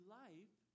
life